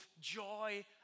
joy